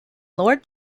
lord